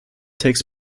takes